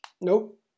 Nope